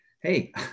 hey